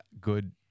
good